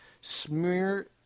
smear